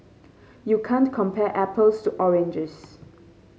you can't compare apples to oranges